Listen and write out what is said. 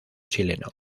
chileno